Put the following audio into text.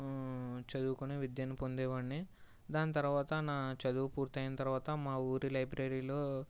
చదువుకుని విద్యను పొందేవాన్ని దాని తర్వాత నా చదువు పూర్తయిన తర్వాత మా ఊరి లైబ్రరీలో